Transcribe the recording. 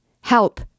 Help